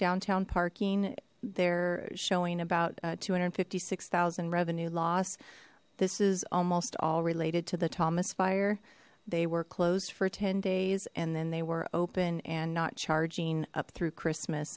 downtown parking they're showing about two hundred fifty six thousand revenue loss this is almost all related to the thomas fire they were closed for ten days and then they were open and not charging up through christmas